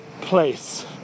place